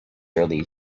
early